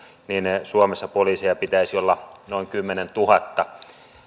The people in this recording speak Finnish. suomessa poliiseja pitäisi olla noin kymmenentuhatta